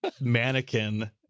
mannequin